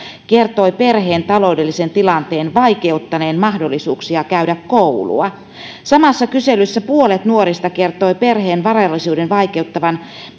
kertoi perheen taloudellisen tilanteen vaikeuttaneen mahdollisuuksia käydä koulua samassa kyselyssä puolet nuorista kertoi perheen varallisuuden vaikeuttavan